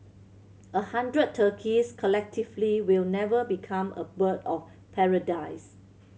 a hundred turkeys collectively will never become a bird of paradise